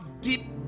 deep